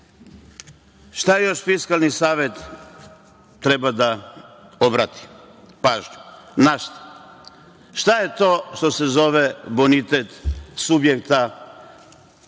još Fiskalni savet treba da obrati pažnju, na šta? Šta je to što se zove bonitet subjekta, privatnog